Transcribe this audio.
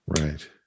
right